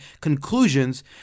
conclusions